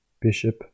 bishop